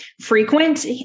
frequent